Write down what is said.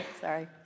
Sorry